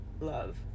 love